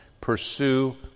Pursue